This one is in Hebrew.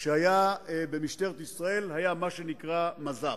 שהיה במשטרת ישראל היה מה שנקרא מז"פ,